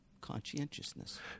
Conscientiousness